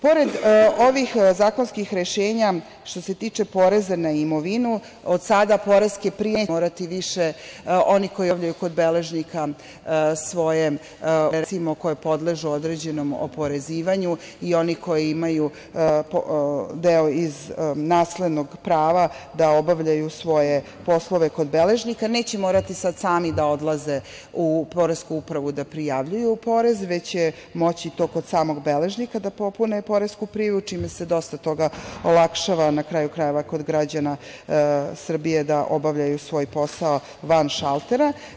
Pored ovih zakonskih rešenja, što se tiče poreza na imovinu od sada poreske prijave neće morati više oni koji kod beležnika obavljaju svoje ugovore, recimo koji podležu određenom oporezivanju i oni koji imaju deo iz naslednog prava da obavljaju svoje poslove kod beležnika, neće morati sad sami da odlaze u Poresku upravu da prijavljuju porez, već će moći kod samog beležnika da popune poresku prijavu, čime se dosta toga olakšava, na kraju krajeva, kod građana Srbije da obavljaju svoj posao van šaltera.